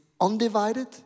undivided